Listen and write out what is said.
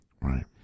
Right